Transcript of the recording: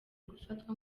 gufatwa